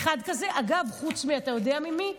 אחד כזה, אגב, אתה יודע חוץ ממי?